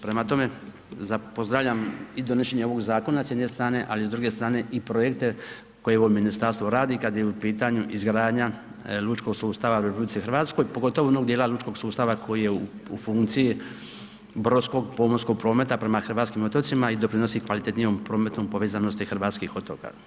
Prema tome, pozdravljam i donošenje ovog zakona s jedne strane ali s druge strane i projekte koje ovo ministarstvo radi kad je u pitanju izgradnja lučkog sustava u RH pogotovo onog djela lučkog sustava koji je funkciji brodskog, pomorskog prometa prema hrvatskim otocima i doprinosi kvalitetnijom prometnom povezanosti hrvatskih otoka.